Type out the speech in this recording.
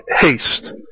haste